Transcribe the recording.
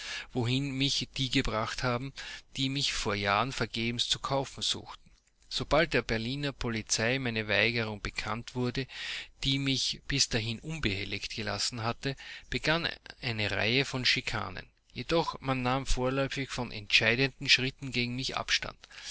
wohin mich die gebracht haben die mich vor jahren vergebens zu kaufen suchten sobald der berliner polizei meine weigerung bekannt wurde die mich bis dahin unbehelligt gelassen hatte begann eine reihe von schikanen jedoch man nahm vorläufig von entscheidenden schritten gegen mich abstand